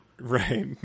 right